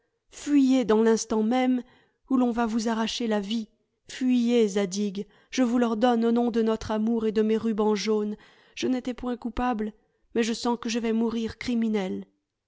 fuyez dans l'instant même ou l'on va vous arracher la vie fuyez zadig je vous l'ordonne au nom de notre amour et de mes rubans jaunes je n'étais point coupable mais je sens que je vais mourir criminelle